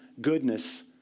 goodness